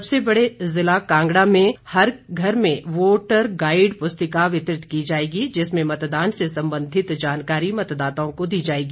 सबसे बड़े जिला कांगड़ा में हर घर में वोटर गाइड पुस्तिका वितरित की जाएगी जिसमें मतदान से संबंधित जानकारी मतदाताओं को दी जाएगी